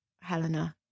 Helena